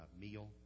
meal